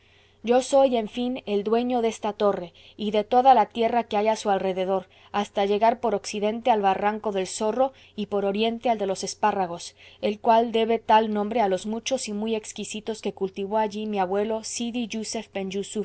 yo soy en fin el dueño de esta torre y de toda la tierra que hay a su alrededor hasta llegar por occidente al barranco del zorro y por oriente al de los espárragos el cual debe tal nombre a los muchos y muy exquisitos que cultivó allí mi abuelo sidi jussef ben jussuf la